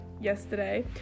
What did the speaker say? yesterday